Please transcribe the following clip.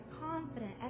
confident